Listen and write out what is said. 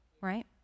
right